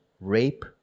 rape